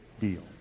deal